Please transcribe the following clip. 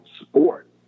sport